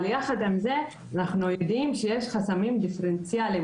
אבל יחד עם זה אנחנו יודעים שיש חסמים דיפרנציאליים,